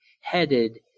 headed